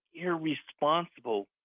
irresponsible